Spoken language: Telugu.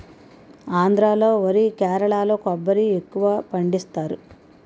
ఆంధ్రా లో వరి కేరళలో కొబ్బరి ఎక్కువపండిస్తారు